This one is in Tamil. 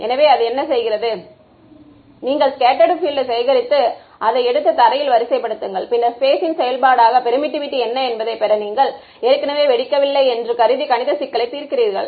எனவே அது என்ன செய்கிறது நீங்கள் ஸ்கெட்ட்டர்டு பீல்ட் யை சேகரித்து அதை எடுத்து தரையில் வரிசைப்படுத்துங்கள் பின்னர் ஸ்பேஸின் செயல்பாடாக பெர்மிட்டிவிட்டி என்ன என்பதைப் பெற நீங்கள் ஏற்கனவே வெடிக்கவில்லை என்று கருதி கணித சிக்கலை தீர்க்கிறீர்கள்